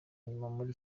muri